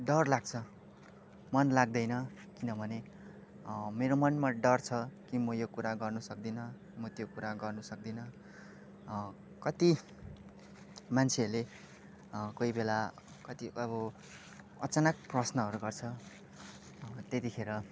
डर लाग्छ मन लाग्दैन किनभने मेरो मनमा डर छ कि म यो कुरा गर्न सक्दिनँ म त्यो कुरा गर्न सक्दिनँ कति मान्छेहरूले कोहीबेला कति अब अचानक प्रश्नहरू गर्छ त्यतिखेर